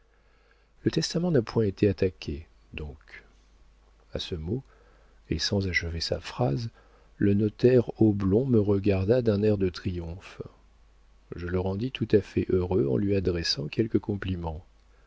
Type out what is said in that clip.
le testament n'a point été attaqué donc a ce mot et sans achever sa phrase le notaire oblong me regarda d'un air de triomphe je le rendis tout à fait heureux en lui adressant quelques compliments